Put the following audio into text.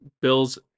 bills